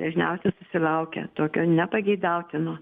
dažniausiai susilaukia tokio nepageidautino